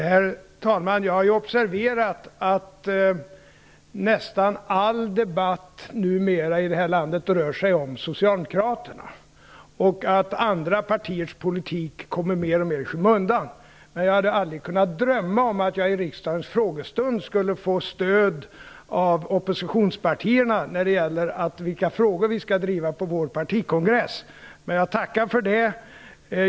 Herr talman! Jag har ju observerat att nästan all debatt numera i vårt land rör sig om socialdemokraterna och att andra partiers politik mer och mer kommer i skymundan. Jag hade dock aldrig kunnat drömma om att jag i riksdagens frågestund skulle få stöd från oppositionspartierna när det gäller vilka frågor vi skall driva på vår partikongress. Jag tackar ändå för det.